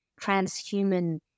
transhuman